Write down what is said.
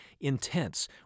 intense